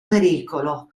pericolo